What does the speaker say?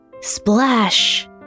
Splash